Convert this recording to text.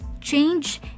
Change